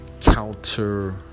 counter